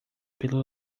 pelo